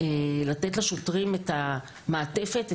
לתת לשוטרים את המעטפת,